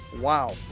Wow